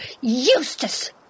Eustace